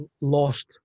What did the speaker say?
lost